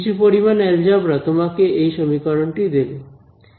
কিছু পরিমাণ অ্যালজেবরা তোমাকে এই সমীকরণটি দেবে